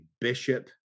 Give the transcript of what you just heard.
bishop